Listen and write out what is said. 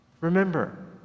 Remember